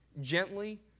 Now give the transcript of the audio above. gently